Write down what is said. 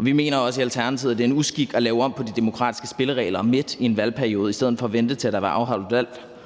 Vi mener også i Alternativet, at det er en uskik at lave om på de demokratiske spilleregler midt i en valgperiode i stedet for at vente, til der har været afholdt valg,